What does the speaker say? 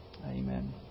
Amen